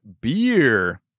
beer